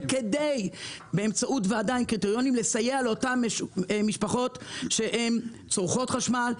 כדי לסייע לאותן משפחות שצורכות חשמל,